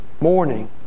morning